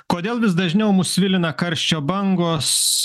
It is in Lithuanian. kodėl vis dažniau mus svilina karščio bangos